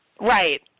Right